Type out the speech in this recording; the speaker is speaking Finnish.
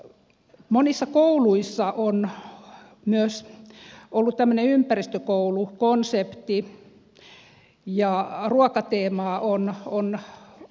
monissa kouluissa on myös ollut tämmöinen ympäristökoulukonsepti ja ruokateemaa on lapsille opetettu